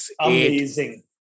amazing